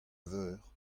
veur